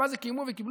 מה זה "קיימו וקיבלו"?